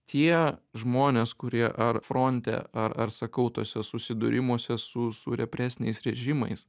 tie žmonės kurie ar fronte ar ar sakau tuose susidūrimuose su su represiniais režimais